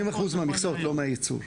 70% מהמכסות, לא מהייצור.